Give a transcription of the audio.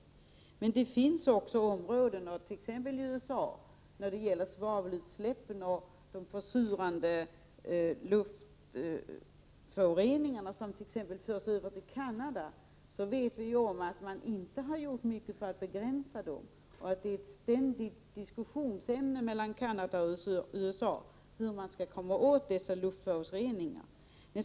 Men det finns också områden — i USA t.ex. när det gäller svavelutsläppen och de försurande luftföroreningar som förs över bl.a. till Canada — där man inte har gjort så mycket för att begränsa utsläppen. Det är ett ständigt diskussionsämne mellan Canada och USA hur man skall komma till rätta med dessa luftföroreningar.